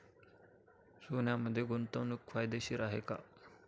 सोन्यामध्ये गुंतवणूक फायदेशीर आहे का?